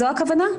זו הכוונה?